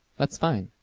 that is fine.